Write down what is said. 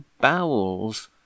bowels